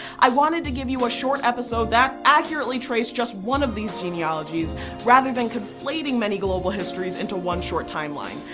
i wanted to give you a short episode that accurately trace just one of these genealogies rather than conflating many global histories into one short timeline.